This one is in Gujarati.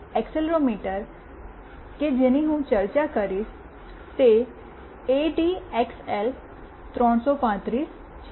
અને એક્સીલેરોમીટર કે જેની હું ચર્ચા કરીશ તે એડીએક્સએલ 335